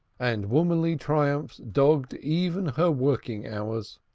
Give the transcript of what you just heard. and womanly triumphs dogged even her working hours.